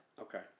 Okay